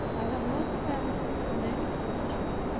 i have no dependence on any creature.